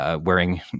wearing